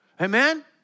Amen